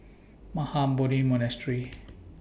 Mahabodhi Monastery